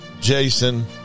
Jason